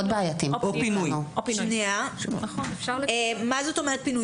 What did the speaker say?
מה זאת אומרת פינוי?